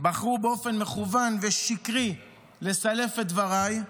בחרו באופן מכוון ושקרי לסלף את דבריי,